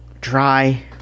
dry